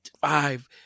Five